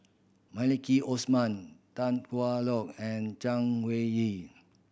Maliki Osman Tan Hwa Luck and Chay Weng Yew